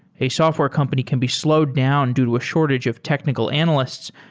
a software company can be slowed down due to a shortage of technical analysts,